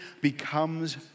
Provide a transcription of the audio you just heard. becomes